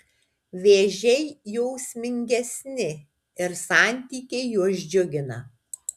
vėžiai jausmingesni ir santykiai juos džiugina